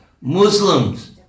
Muslims